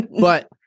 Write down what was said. But-